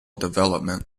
development